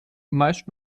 meist